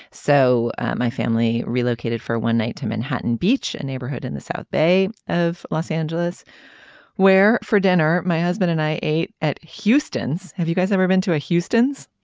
so my family relocated for one night to manhattan beach a neighborhood in the south bay of los angeles where for dinner my husband and i ate at houston's. have you guys ever been to a houston's.